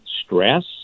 stress